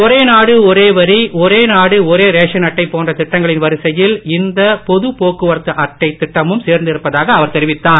ஒரேநாடு ஒரேவரி ஒரேநாடு ஒரேரேஷன்அட்டைபோன்றதிட்டங்களின்வரிசையில்இந்தபொதுபோக்கு வரத்துஅட்டைதிட்டமும்சேர்ந்திருப்பதாகஅவர்தெரிவித்தார்